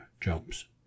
jobs